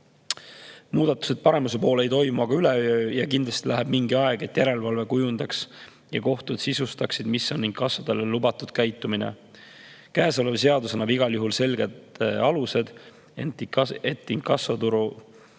Muudatused paremuse poole ei toimu üleöö ja kindlasti läheb mingi aeg, et järelevalve kujundaks ja kohtud sisustaksid seda, mis on inkassodele lubatud käitumine. Käesolev seadus annab igal juhul selged alused, et inkassoturu